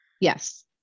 Yes